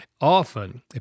Often